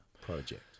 project